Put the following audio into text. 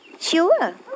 Sure